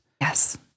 Yes